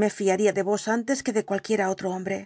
me fiaría de vos antes que de cualquiera otro hombre